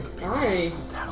nice